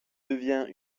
devient